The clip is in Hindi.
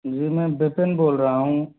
जी में बिपिन बोल रहा हूँ